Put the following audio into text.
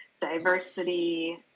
diversity